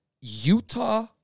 Utah